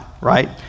right